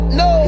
no